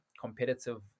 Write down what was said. competitive